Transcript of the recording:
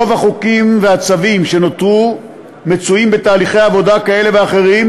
רוב החוקים והצווים שנותרו נמצאים בתהליכי עבודה כאלה ואחרים,